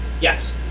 Yes